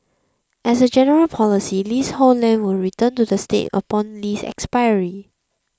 as a general policy leasehold land will return to the state upon lease expiry